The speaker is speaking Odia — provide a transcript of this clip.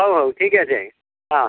ହଉ ହଉ ଠିକ୍ ଅଛି ହଁ